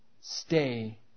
stay